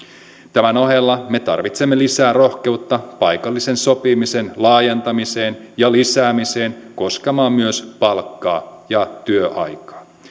tämän ohella me tarvitsemme lisää rohkeutta paikallisen sopimisen laajentamiseen ja lisäämiseen koskemaan myös palkkaa ja työaikaa